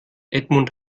edmund